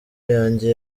yanjye